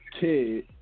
kid